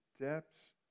depths